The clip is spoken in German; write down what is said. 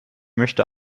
möchte